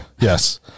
Yes